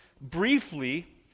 briefly